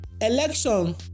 election